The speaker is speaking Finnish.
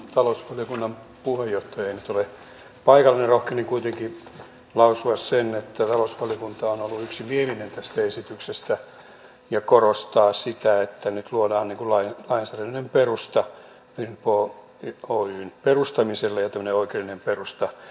talousvaliokunnan puheenjohtaja ei nyt ole paikalla mutta rohkenen kuitenkin lausua sen että talousvaliokunta on ollut yksimielinen tästä esityksestä ja korostaa sitä että nyt luodaan lainsäädännöllinen perusta finpro oyn perustamiselle ja tämmöinen oikeudellinen perusta